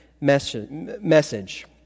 message